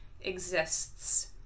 exists